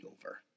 over